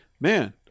man